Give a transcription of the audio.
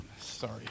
sorry